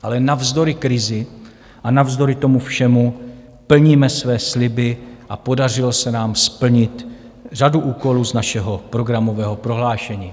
Ale navzdory krizi a navzdory tomu všemu plníme své sliby a podařilo se nám splnit řadu úkolů z našeho programového prohlášení.